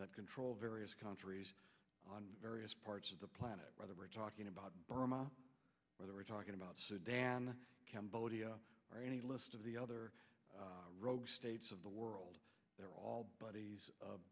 that control various countries on various parts of the planet whether we're talking about burma whether we're talking about sudan cambodia or any list of the other rogue states of the world they're all buddies